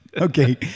Okay